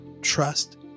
trust